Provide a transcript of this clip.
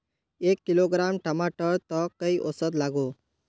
एक किलोग्राम टमाटर त कई औसत लागोहो?